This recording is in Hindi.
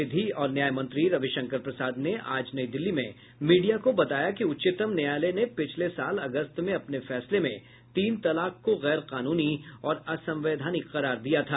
विधि और न्याय मंत्री रविशंकर प्रसाद ने आज नई दिल्ली में मीडिया को बताया कि उच्चतम न्यायालय ने पिछले साल अगस्त में अपने फैसले में तीन तलाक को गैर कानूनी और असंवैधानिक करार दिया था